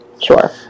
Sure